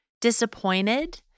Disappointed